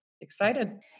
excited